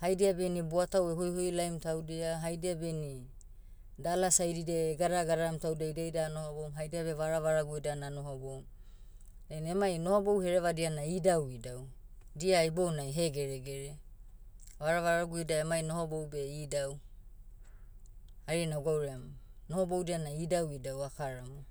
Haidia beh ini buatau ehoihoi laim taudia haidia beh ini, dala saididiai egadara gadaram taudia dia ida anohoboum haidia beh varavaragu ida nanohoboum. Dainai emai nohobou herevadia na idauidau. Dia ibounai hegeregere. Varavaragu ida emai nohobou beh idau. Hari nagwauream, nohoboudia na idauidau akaramu.